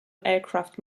aircraft